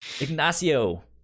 Ignacio